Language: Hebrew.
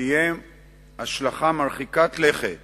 תהיה השלכה מרחיקת לכת